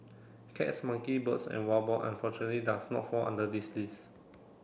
cats monkey birds and wild boar unfortunately does not fall under this list